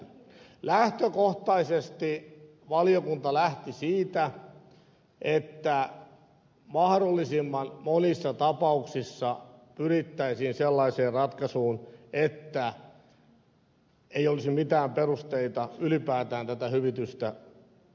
lähtökohtaisesti valiokunta lähti siitä että mahdollisimman monissa tapauksissa pyrittäisiin sellaiseen ratkaisuun että ei olisi mitään perusteita ylipäätään tätä hyvitystä hakea